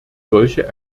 solche